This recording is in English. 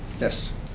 Yes